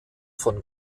von